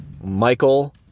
Michael